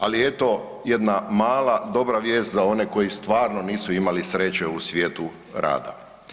Ali eto, jedna mala dobra vijest za one koji stvarno nisu imali sreće u svijetu rada.